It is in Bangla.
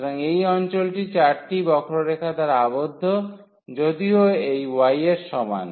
সুতরাং এই অঞ্চলটি চারটি বক্ররেখা দ্বারা আবদ্ধ যদিও এই y এর সমান